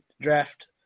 draft